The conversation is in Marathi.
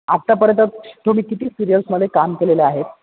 आत्तापर्यंत तुम्ही किती सिरियल्समध्ये काम केलेलं आहे